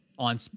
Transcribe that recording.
on